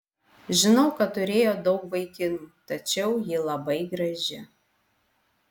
žinau kad turėjo daug vaikinų tačiau ji labai graži